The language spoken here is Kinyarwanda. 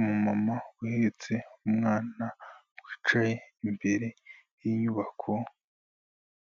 Umumama uhetse umwana wicaye imbere y'inyubako